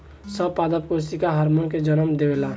सब पादप कोशिका हार्मोन के जन्म देवेला